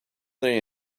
they